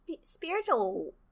Spiritual